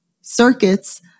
circuits